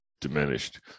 diminished